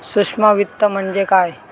सूक्ष्म वित्त म्हणजे काय?